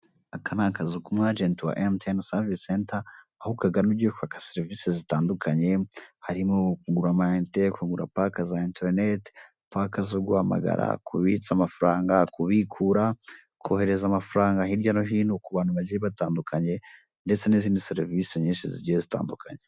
Aka ni akazu k'umu agenti wa emutiyeni savise senta, aho ukagana ugiye kwaka serivisi zitandukanye, harimo kugura amayinite, kugura paka za interineti, paka zo guhamagara, kubitsa amafaranga, kubikura, koherereza amafaranga hirya no hino ku bantu bagiye batandukanye, ndetse n'izindi serivisi zigiye zitandukanye.